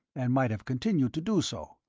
and might have continued to do so,